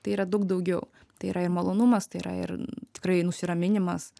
tai yra daug daugiau tai yra ir malonumas tai yra ir tikrai nusiraminimas